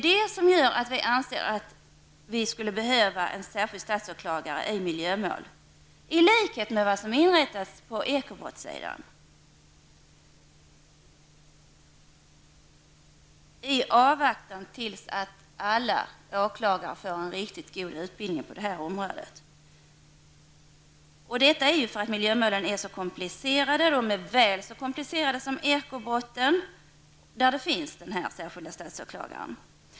Det gör att vi anser att vi behöver en särskild statsåklagare i miljömål, i likhet med vad som införs på ekobrottssidan, i avvaktan på att alla åklagare får en riktigt bra utbildning på området. Miljömålen är komplicerade, väl så komplicerade som ekobrott, där det finns en särskild statsåklagare.